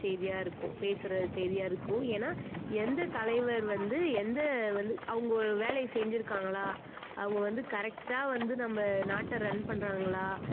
செய்தியாக இருக்கும் பேசுகிற செய்தியாக இருக்கும் ஏன்னால் எந்த தலைவர் வந்து எந்த வந்து அவங்களு வேலையை செஞ்சுருக்காங்களா அவங்க வந்து கரெக்டாக வந்து நம்ம நாட்டை ரன் பண்ணுறாங்களா